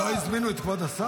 מה, לא הזמינו את כבוד השר?